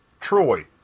Troy